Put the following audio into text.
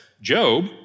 Job